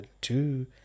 two